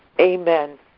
Amen